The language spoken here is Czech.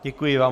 Děkuji vám.